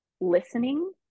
listening